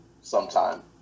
sometime